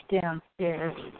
downstairs